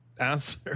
answer